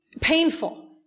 painful